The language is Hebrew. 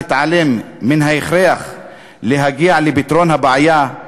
להתעלם מן ההכרח להגיע לפתרון הבעיה,